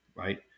Right